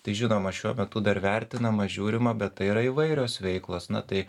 tai žinoma šiuo metu dar vertinama žiūrima bet tai yra įvairios veiklos na tai